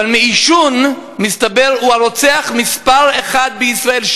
אבל מעישון, מסתבר שהוא הרוצח מספר אחת בישראל.